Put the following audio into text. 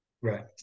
Right